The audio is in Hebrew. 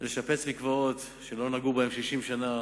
לשפץ מקוואות שלא נגעו בהם 60 שנה,